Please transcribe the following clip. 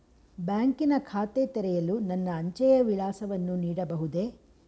ಬ್ಯಾಂಕಿನ ಖಾತೆ ತೆರೆಯಲು ನನ್ನ ಅಂಚೆಯ ವಿಳಾಸವನ್ನು ನೀಡಬಹುದೇ?